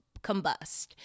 combust